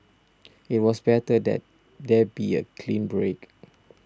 it was better that there be a clean break